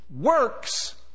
works